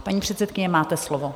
Paní předsedkyně, máte slovo.